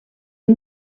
els